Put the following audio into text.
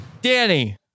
Danny